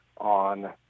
on